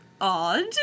odd